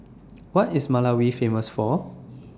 What IS Malawi Famous For